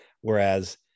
Whereas